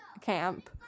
camp